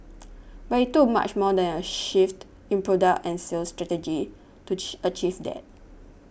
but it took much more than a shift in product and sales strategy to achieve that